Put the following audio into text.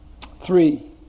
Three